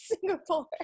singapore